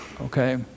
Okay